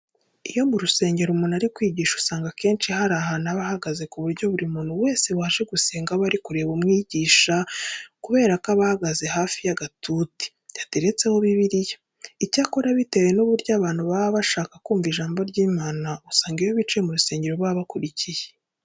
Iyo mu rusengero umuntu ari kwigisha usanga akenshi hari ahantu aba ahagaze ku buryo buri muntu wese waje gusenga aba ari kureba umwigisha kubera ko aba ahagaze hafi y'agatuti yateretseho Bibiliya. Icyakora bitewe n'uburyo abantu baba bashaka kumva ijambo ry'Imana, usanga iyo bicaye mu rusengero baba bakurikiye.